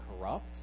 corrupt